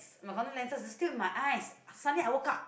my contact lenses is still in my eyes suddenly I woke up